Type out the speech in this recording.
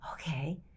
okay